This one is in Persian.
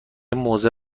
موزه